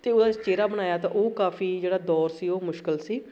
ਅਤੇ ਉਹਦਾ ਚਿਹਰਾ ਬਣਾਇਆ ਤਾਂ ਉਹ ਕਾਫੀ ਜਿਹੜਾ ਦੌਰ ਸੀ ਉਹ ਮੁਸ਼ਕਿਲ ਸੀ